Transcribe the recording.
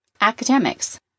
Academics